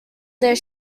their